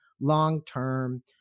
long-term